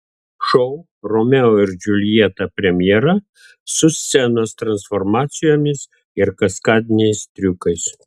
šou romeo ir džiuljeta premjera su scenos transformacijomis ir kaskadiniais triukais